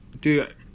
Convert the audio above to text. dude